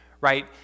right